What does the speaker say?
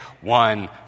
one